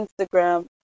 Instagram